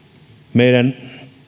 meidän